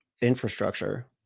infrastructure